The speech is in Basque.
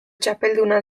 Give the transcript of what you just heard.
txapelduna